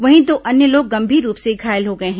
वहीं दो अन्य लोग गंभीर रूप से घायल हो गए हैं